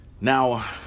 Now